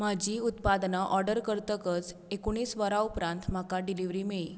म्हाजीं उत्पादनां ऑर्डर करतकच एकोणीस वरां उपरांत म्हाका डिलिवरी मेळ्ळी